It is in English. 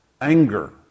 Anger